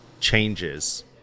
changes